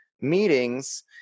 meetings